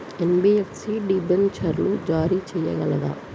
NBFC డిబెంచర్లు జారీ చేయగలదా?